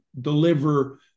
deliver